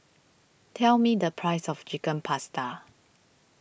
tell me the price of Chicken Pasta